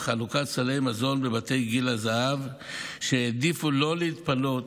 ואת חלוקת סלי המזון בבתי גיל הזהב שהעדיפו לא להתפנות.